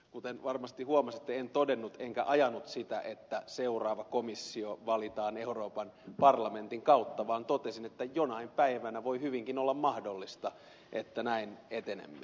kuten varmasti huomasitte en todennut enkä ajanut sitä että seuraava komissio valitaan euroopan parlamentin kautta vaan totesin että jonain päivänä voi hyvinkin olla mahdollista että näin etenemme